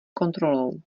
kontrolou